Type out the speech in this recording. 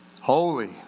Holy